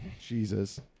Jesus